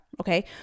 Okay